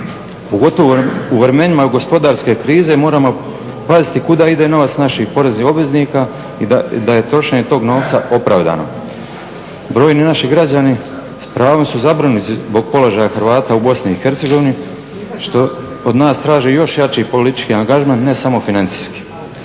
pogotovo u vremenima gospodarske krize moramo paziti kuda ide novac naših poreznih obveznika i da je trošenje toga novca opravdano. Brojni naši građani s pravom su zabrinuti zbog položaja Hrvata u BiH što od nas traži još jači politički angažman ne samo financijski.